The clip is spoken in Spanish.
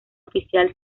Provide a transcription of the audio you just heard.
oficial